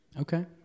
Okay